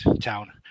town